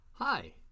Hi